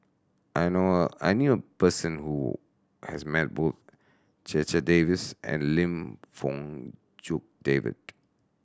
I know a I knew a person who has met both Checha Davies and Lim Fong Jock David